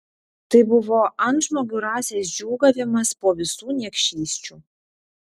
tai buvo antžmogių rasės džiūgavimas po visų niekšysčių